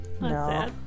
No